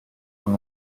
con